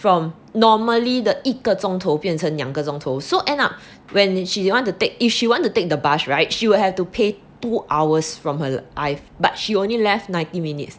from normally the 一个钟头变成两个钟头 so end up when she want to take if she want to take the bus right she will have to pay two hours from her life but she only left ninety minutes